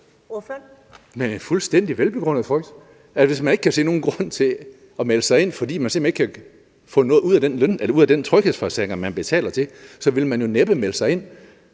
Det er en fuldstændig velbegrundet frygt. Altså, hvis man ikke kan se nogen grund til at melde sig ind, fordi man simpelt hen ikke kan få noget ud af den tryghedsforsikring, man betaler til, ville man jo næppe melde sig ind.